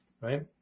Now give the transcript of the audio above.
Right